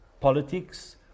politics